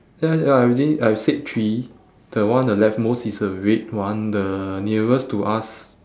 ya ya I already I have said three the one on the left most is a red one the nearest to us